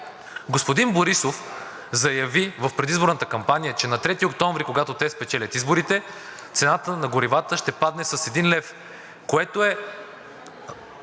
Господин Борисов заяви в предизборната кампания, че на 3 октомври 2022 г., когато те спечелят изборите, цената на горивата ще падне с един лев. Това даже